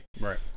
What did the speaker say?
Right